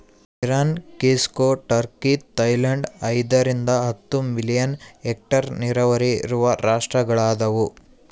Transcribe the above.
Iran ಕ್ಸಿಕೊ Turkey Thailand ಐದರಿಂದ ಹತ್ತು ಮಿಲಿಯನ್ ಹೆಕ್ಟೇರ್ ನೀರಾವರಿ ಇರುವ ರಾಷ್ಟ್ರಗಳದವ